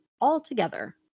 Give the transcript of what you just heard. altogether